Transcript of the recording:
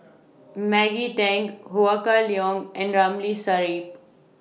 Maggie Teng Ho Kah Leong and Ramli Sarip